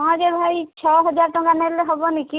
ହଁ ଯେ ଭାଇ ଛଅ ହଜାର ଟଙ୍କା ନେଲେ ହେବନିକି